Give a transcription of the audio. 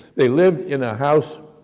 they lived in a house,